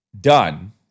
done